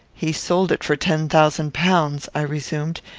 he sold it for ten thousand pounds, i resumed,